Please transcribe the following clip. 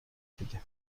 دیدیم